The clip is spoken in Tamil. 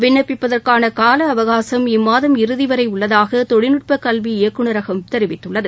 விண்ணப்பிப்பதற்கான கால அவகாசம் இம்மாதம் இறுதி வரை உள்ளதாக தொழில்நுட்ப கல்வி இயக்குநரகம் தெரிவித்துள்ளது